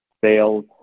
sales